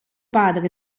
padre